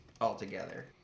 altogether